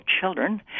children